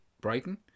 Brighton